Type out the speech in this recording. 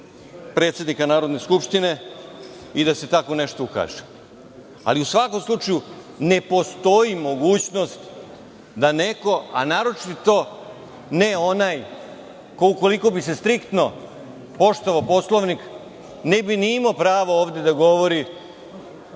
predsednika Narodne skupštine i da se tako nešto ukaže. Ali, u svakom slučaju, ne postoji mogućnost da neko, a naročito ne onaj ko, ukoliko bi se striktno poštovao Poslovnik, ne bi ni imao pravo ovde da govori